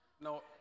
No